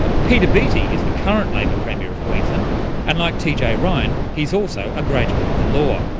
ah peter beattie is the current labor premier of queensland and like t. j. ryan he's also a graduate of the law.